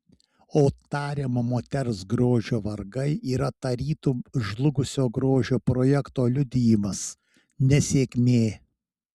o tariamo moters grožio vargai yra tarytum žlugusio grožio projekto liudijimas nesėkmė